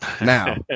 Now